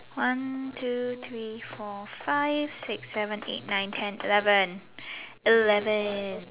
one two three four five six seven eight nine ten eleven eleven